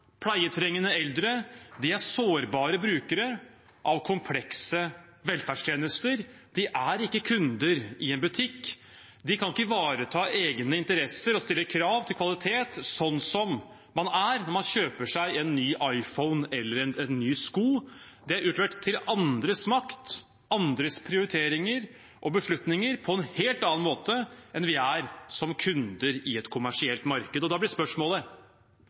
pleietrengende eldre er sårbare brukere av komplekse velferdstjenester, de er ikke kunder i en butikk. De kan ikke ivareta egne interesser og stille krav til kvalitet slik som man gjør når man kjøper seg en ny iPhone eller nye sko. De er utlevert til andres makt, andres prioriteringer og beslutninger på en helt annen måte enn vi er som kunder i et kommersielt marked. Og da blir spørsmålet: